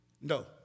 No